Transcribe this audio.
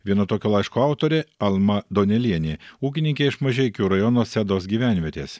vieno tokio laiško autorė alma donelienė ūkininkė iš mažeikių rajono sedos gyvenvietės